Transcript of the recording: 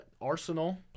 Arsenal